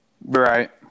Right